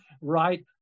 Right